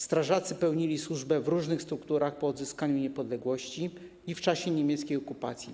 Strażacy pełnili służbę w różnych strukturach po odzyskaniu niepodległości i w czasie niemieckiej okupacji.